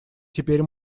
теперь